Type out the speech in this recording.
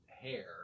hair